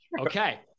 Okay